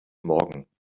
morgen